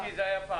מת"י היה פעם.